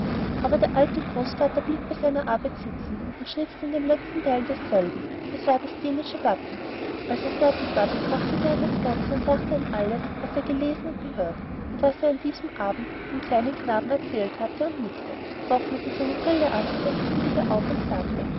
aber der alte großvater blieb bei seiner arbeit sitzen und schnitzte an dem letzten teil desselben das war das dänische wappen als er fertig war betrachtete er das ganze und dachte an alles was er gelesen und gehört und was er diesen abend dem kleinen knaben erzählt hatte und er nickte trocknete seine brille ab setzte sie wieder auf und sagte